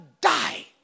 die